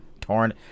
Torn